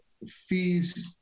fees